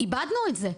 איבדנו את זה.